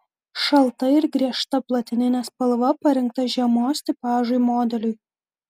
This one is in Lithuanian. šalta ir griežta platininė spalva parinkta žiemos tipažui modeliui